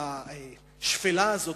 והשפלה הזאת,